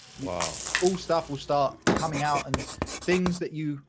your cool stuff will start coming out and things that you